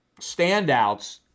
standouts